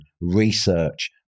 research